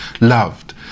loved